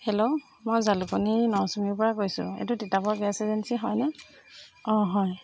hello মই জালুকনীৰ নচুঙিৰপৰা কৈছোঁ এইটো তিতাবৰ গেছ এজেঞ্চি হয়নে অঁ হয়